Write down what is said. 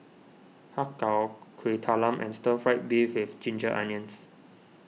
Har Kow Kueh Talam and Stir Fried Beef with Ginger Onions